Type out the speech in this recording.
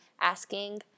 asking